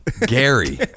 Gary